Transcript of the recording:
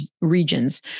regions